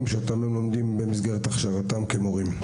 שאותם הם אמורים להעביר במסגרת הכשרתם כמורים.